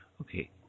okay